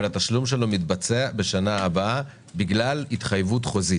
אבל התשלום שלו מתבצע בשנה הבאה בגלל התחייבות חוזית.